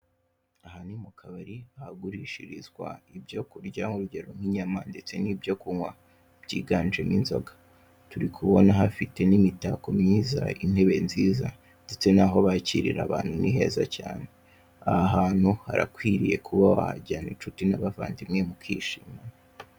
Aha ni mu kabari, hagurishirizwa ibyo kurya hongewemo inyama ndetse n'ibyo kunywa, byiganjemo inzoga. Turi kubona hafite n'imitako myiza, intebe nziza, ndetse n'aho bakirira abantu ni heza cyane. Aha hantu harakwiriye kuba wahajyana inshuti n'abavabdimwe mukishima.